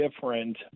different